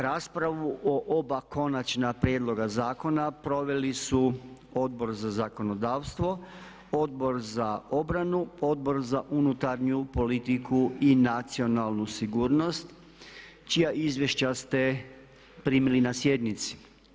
Raspravu o oba konačna prijedloga zakona proveli su Odbor za zakonodavstvo, Odbor za obranu, Odbor za unutarnju politiku i nacionalnu sigurnost čija izvješća ste primili na sjednici.